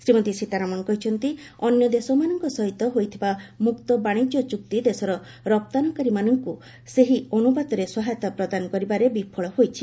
ଶ୍ରୀମତୀ ସୀତାରମଣ କହିଛନ୍ତି ଅନ୍ୟ ଦେଶମାନଙ୍କ ସହିତ ହୋଇଥିବା ମୁକ୍ତ ବାଣିଜ୍ୟ ଚୁକ୍ତି ଦେଶର ରପ୍ତାନୀକାରୀମାନଙ୍କୁ ସେହି ଅନୁପାତରେ ସହାୟତା ପ୍ରଦାନ କରିବାରେ ବିଫଳ ହୋଇଛି